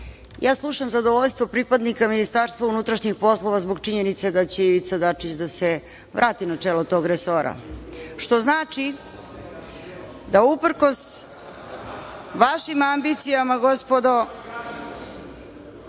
ja slušam zadovoljstvo pripadnika Ministarstva unutrašnjih poslova zbog činjenice da će Ivica Dačić da se vrati na čelo tog resora, što znači da, uprkos vašim ambicijama, gospodo…